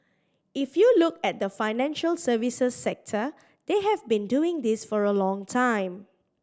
if you look at the financial services sector they have been doing this for a long time